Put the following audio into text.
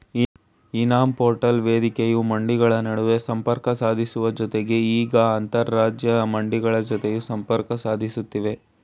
E NAM portal ವೇದಿಕೆಯು ಮಂಡಿಗಳ ನಡುವೆ ಸಂಪರ್ಕ ಸಾಧಿಸುವ ಜತೆಗೆ ಈಗ ಅಂತರರಾಜ್ಯ ಮಂಡಿಗಳ ಜತೆಯೂ ಸಂಪರ್ಕ ಸಾಧಿಸ್ತಿವೆ